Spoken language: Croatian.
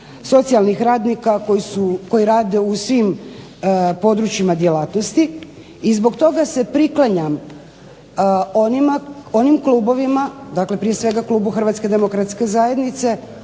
socijalnih radnika koji rade u svim područjima djelatnosti. I zbog toga se priklanjam onim klubovima, dakle prije svega klubu HDZ-a, a i ostalim